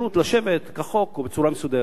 כאפשרות לשבת כחוק ובצורה מסודרת.